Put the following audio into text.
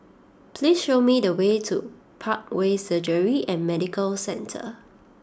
please show me the way to Parkway Surgery and Medical Centre